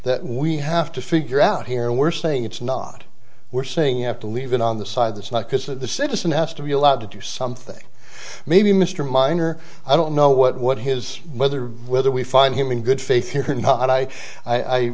that we have to figure out here and we're saying it's not we're saying you have to leave it on the side that's not because the citizen has to be allowed to do something maybe mr miner i don't know what would his whether whether we find him in good faith or not i i i